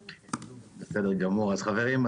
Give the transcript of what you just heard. חברים,